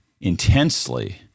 intensely